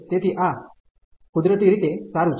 તેથી આ કુદરતી રીતે સારુ છે